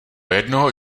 jednoho